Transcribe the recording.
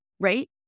Right